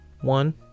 one